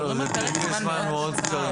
זה פרקי זמן מאוד קצרים.